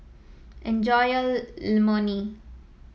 enjoy your Imoni